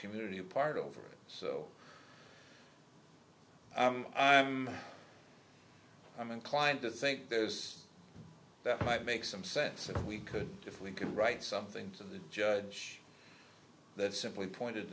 community apart over so i'm inclined to think there's that might make some sense and we could if we could write something to the judge that simply pointed